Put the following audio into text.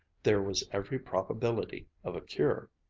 there was every probability of a cure.